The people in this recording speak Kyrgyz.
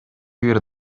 бир